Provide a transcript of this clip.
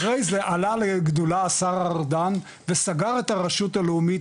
אחרי זה עלה לגדולה השר ארדן וסגר את הרשות הלאומית,